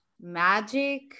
magic